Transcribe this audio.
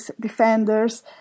defenders